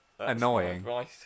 Annoying